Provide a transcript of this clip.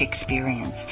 experience